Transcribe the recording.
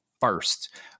first